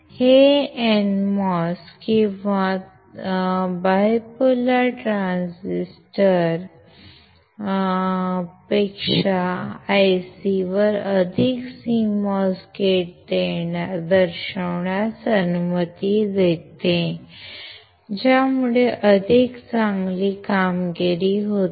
हे NMOS किंवा द्विध्रुवीय तंत्रज्ञानापेक्षा IC वर अधिक CMOS गेट दर्शवण्यास अनुमती देते ज्यामुळे अधिक चांगली कामगिरी होते